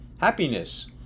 happiness